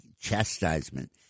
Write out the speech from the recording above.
chastisement